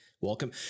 welcome